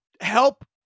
help